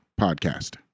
Podcast